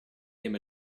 him